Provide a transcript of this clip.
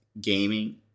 gaming